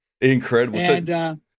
Incredible